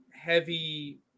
heavy